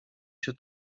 się